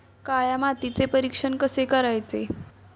काळ्या मातीचे परीक्षण कसे करायचे?